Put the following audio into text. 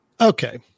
Okay